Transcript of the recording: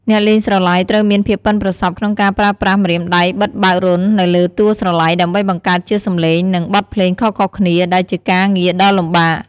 អ្នកលេងស្រឡៃត្រូវមានភាពប៉ិនប្រសប់ក្នុងការប្រើប្រាស់ម្រាមដៃបិទបើករន្ធនៅលើតួស្រឡៃដើម្បីបង្កើតជាសំឡេង និងបទភ្លេងខុសៗគ្នា ដែលជាការងារដ៏លំបាក។